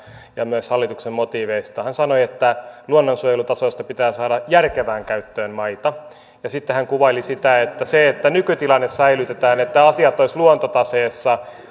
ja myös hallituksen motiiveista hän sanoi että luonnonsuojelutaseesta pitää saada järkevään käyttöön maita ja sitten hän kuvaili sitä että kun nykytilanne säilytetään että asiat olisivat luontotaseessa